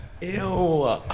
Ew